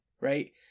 right